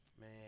Man